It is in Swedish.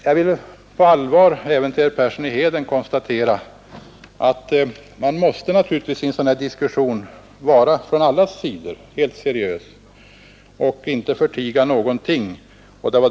Jag vill på allvar säga även till herr Persson i Heden att man i sådana här diskussioner naturligtvis från alla sidor måste vara helt seriös och inte förtiga någonting.